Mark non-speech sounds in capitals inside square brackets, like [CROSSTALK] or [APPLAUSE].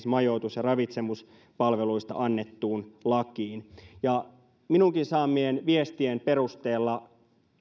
[UNINTELLIGIBLE] majoitus ja ravitsemuspalveluista annettuun lakiin ja minunkin saamieni viestien perusteella